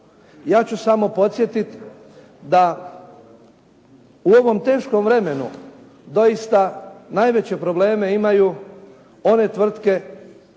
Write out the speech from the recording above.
Ja ću samo podsjetiti da u ovom teškom vremenu doista najveće probleme imaju one tvrtke